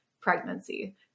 pregnancy